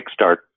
kickstart